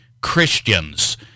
Christians